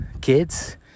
kids